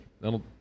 That'll